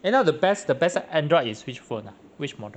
then now the best the best Android is which phone ah which model